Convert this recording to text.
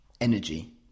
energy